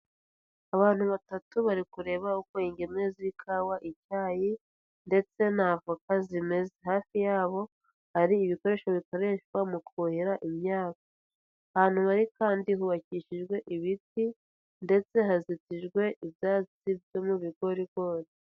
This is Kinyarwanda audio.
Abantu batatu bari kureba uko ingemwe z'ikawa, icyayi ,ndetse n'avoka zimeze, hafi yabo hari ibikoresho bikoreshwa mu kuhira imyaka, ahantu bari kandi hubakishijwe ibiti, ndetse hazitijwe ibyatsi byo mu bigorigori.